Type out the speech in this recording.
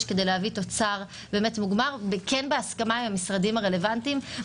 כדי להביא תוצר מוגמר שיהיה בהסכמה עם המשרדים הרלוונטיים.